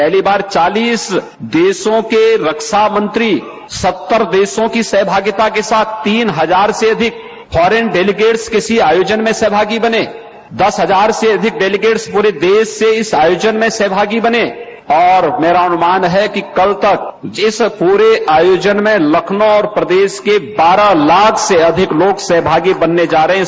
पहली बार चालीस देशों के रक्षामंत्री सत्तर देशों की सहभागिता के साथ तीन हजार से अधिक फॉरेन डेलिगेट्स किसी आयोजन में सहभागी बने दस हजार से अधिक डेलिगेट्स पूरे देश से इस आयोजन में सहभागी बने और मेरा अनुमान है कि कल तक पूरे आयोजन में लखनऊ और प्रदेश के बारह लाख से अधिक लोग सहभागी बनने जा रहे हैं